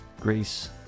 grace